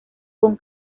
con